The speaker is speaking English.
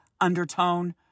undertone